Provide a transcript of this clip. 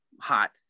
hot